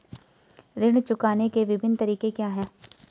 ऋण चुकाने के विभिन्न तरीके क्या हैं?